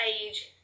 age